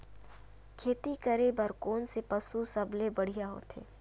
खेती करे बर कोन से पशु सबले बढ़िया होथे?